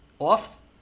off